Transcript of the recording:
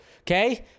Okay